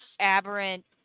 aberrant